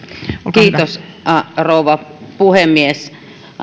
rouva puhemies